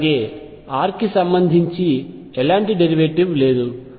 అలాగే r కి సంబంధించి ఎలాంటి డెరివేటివ్ లేదు